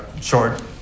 short